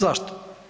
Zašto?